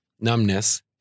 numbness